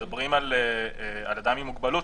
כשמדברים על אדם עם מוגבלות,